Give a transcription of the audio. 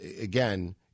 again